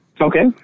Okay